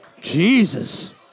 Jesus